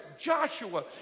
Joshua